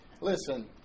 Listen